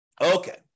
Okay